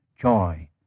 joy